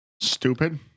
Stupid